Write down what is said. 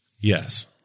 Yes